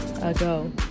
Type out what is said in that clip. ago